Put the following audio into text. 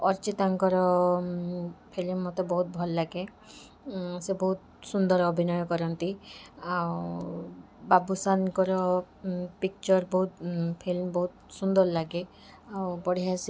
ଅର୍ଚ୍ଚିତାଙ୍କର film ମତେ ବହୁତ ଭଲ ଲାଗେ ସେ ବହୁତ ସୁନ୍ଦର ଅଭିନୟ କରନ୍ତି ଆଉ ବାବୁସାନଙ୍କର ପିକଚର୍ ବହୁତ ଫିଲ୍ମ ବହୁତ ସୁନ୍ଦର ଲାଗେ ଆଉ ବଢ଼ିଆ ସେ